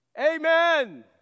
Amen